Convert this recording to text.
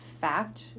fact